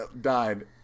died